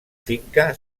finca